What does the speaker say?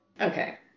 Okay